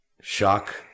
Shock